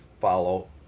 follow